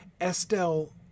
Estelle